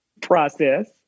process